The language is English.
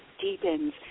deepens